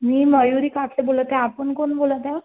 मी मयुरी कापसे बोलत आहे आपण कोण बोलत आहे